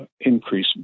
increase